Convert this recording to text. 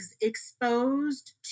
exposed